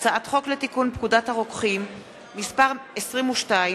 הצעת חוק לתיקון פקודת הרוקחים (מס' 22),